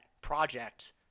project